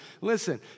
listen